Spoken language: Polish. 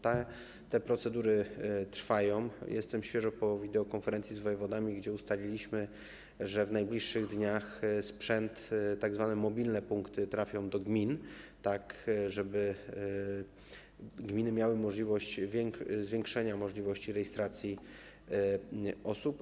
Te procedury trwają, jestem świeżo po wideokonferencji z wojewodami, gdzie ustaliliśmy, że w najbliższych dniach sprzęt, tzw. mobilne punkty, trafi do gmin, tak żeby gminy mogły zwiększyć możliwość rejestracji osób.